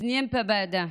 (אומרת דברים ברוסית.)